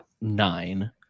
nine